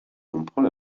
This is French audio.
comprend